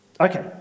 Okay